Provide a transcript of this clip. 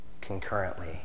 concurrently